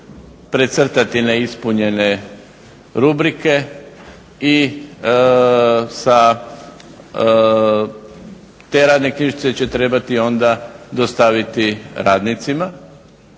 precrtati neispunjene rubrike i te radne knjižice će trebati onda dostaviti radnicima.